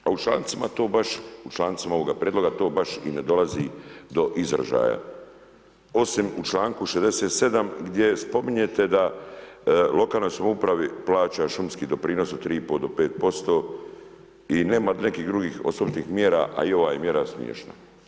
A u člancima to baš, u člancima ovoga prijedloga to baš i ne dolazi do izražaja osim u članku 67. gdje spominjete da lokalnoj samoupravi plaća šumski doprinos od 3 i pol do 5% i nema nekih drugih osobitih mjera, a i ova je mjera smiješna.